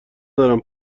ندارم